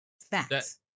Facts